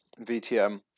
VTM